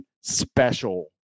special